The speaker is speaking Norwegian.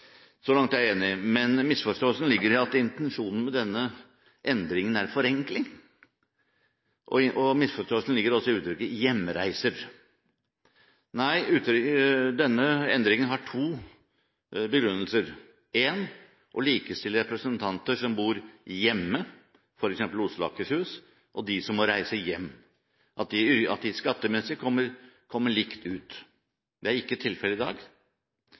Så langt er jeg enig, men misforståelsen ligger i at intensjonen med denne endringen er en forenkling, og misforståelsen ligger også i uttrykket «hjemreiser». Nei, denne endringen har to begrunnelser: For det første å likestille representanter som bor hjemme, f.eks. i Oslo og Akershus, og de som må reise hjem, at de skattemessig kommer likt ut. Det er ikke tilfellet i dag.